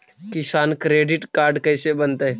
किसान credit card कैसे बनतै?